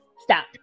stop